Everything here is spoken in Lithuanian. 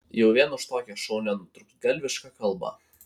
jau vien už tokią šaunią nutrūktgalvišką kalbą